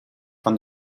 van